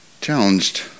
challenged